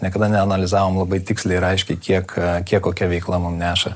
niekada neanalizavom labai tiksliai ir aiškiai kiek kiek kokia veikla mum neša